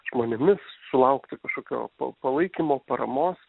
žmonėmis sulaukti kažkokio palaikymo paramos